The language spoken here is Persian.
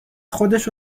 خودش